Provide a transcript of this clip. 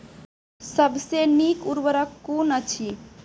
सबसे नीक उर्वरक कून अछि?